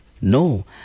No